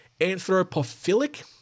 anthropophilic